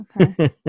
okay